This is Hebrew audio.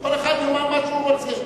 כל אחד יאמר מה שהוא רוצה.